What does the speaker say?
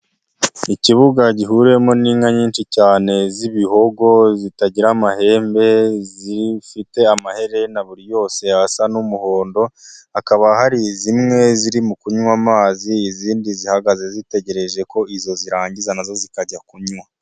Ikibuga gihuriwemo n'inka nyinshi cyane z'Ibihogo, zitagira amahembe, zifite amaherena buri yose asa n'umuhondo, hakaba hari zimwe zirimo kunywa amazi, izindi zihagaze zitegereje ko izo zirangiza na zo zikajya kunywa.